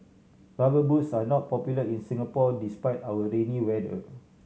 Rubber Boots are not popular in Singapore despite our rainy weather